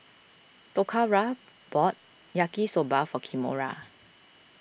Toccara bought Yaki Soba for Kimora